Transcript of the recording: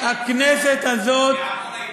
הכנסת הזאת, בעמונה,